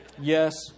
Yes